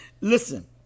Listen